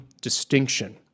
distinction